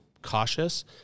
cautious